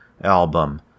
album